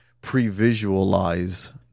pre-visualize